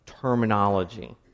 terminology